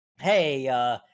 hey